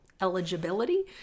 eligibility